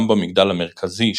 גם במגדל המרכזי,